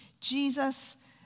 Jesus